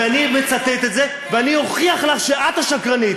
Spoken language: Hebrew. ואני מצטט את זה, ואני אוכיח לך שאת השקרנית.